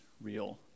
real